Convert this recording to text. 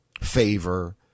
favor